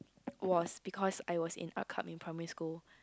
was because I was in Art Club in primary school